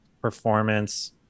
performance